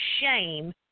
shame